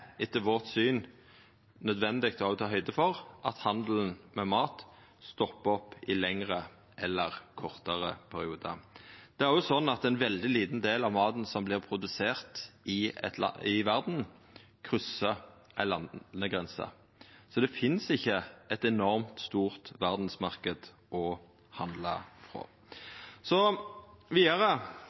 etter vårt syn nødvendig òg å ta høgd for at handelen med mat stoppar opp i kortare eller lengre periodar. Det er òg slik at ein veldig liten del av maten som vert produsert i verda, kryssar ei landegrense. Så det finst ikkje ein enormt stor verdsmarknad å handla